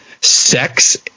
sex